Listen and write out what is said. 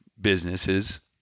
businesses